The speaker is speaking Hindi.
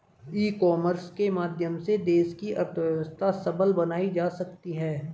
ई कॉमर्स के माध्यम से देश की अर्थव्यवस्था सबल बनाई जा सकती है